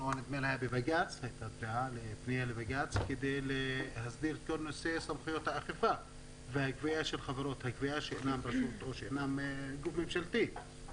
אפילו הייתה פנייה לבג"ץ בנושא גבייה על ידי חברות שאינן גוף ממשלתי.